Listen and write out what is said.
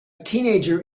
teenager